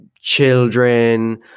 children